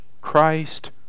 Christ